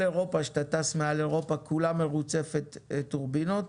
כשטסים מעל אירופה רואים שכולה מרוצפת טורבינות,